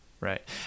right